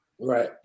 right